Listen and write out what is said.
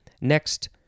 Next